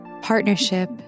partnership